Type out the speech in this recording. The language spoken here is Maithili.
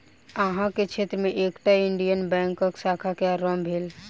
अहाँ के क्षेत्र में एकटा इंडियन बैंकक शाखा के आरम्भ भेल